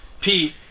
Pete